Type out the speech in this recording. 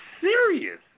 serious